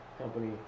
company